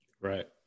Right